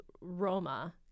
Roma